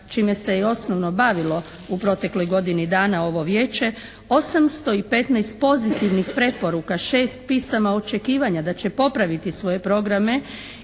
čime se osnovno i bavilo u protekloj godini dana ovo vijeće, 815 pozitivnih preporuka, 6 pisama očekivanja da će popraviti svoje programe